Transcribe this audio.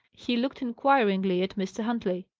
he looked inquiringly at mr. huntley.